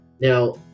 Now